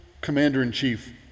commander-in-chief